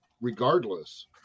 regardless